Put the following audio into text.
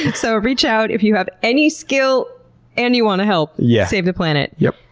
so, reach out if you have any skill and you want to help yeah save the planet. yup.